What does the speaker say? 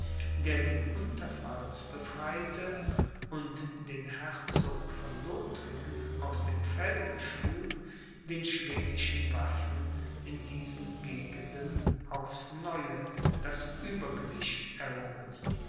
der die unterpfalz befreite und den herzog von lothringen aus dem felde schlug den schwedischen waffen in diesen gegenden aufs neue das uebergewicht errungen